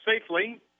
safely